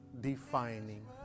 defining